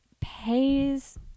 pays